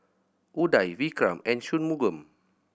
Udai Vikram and Shunmugam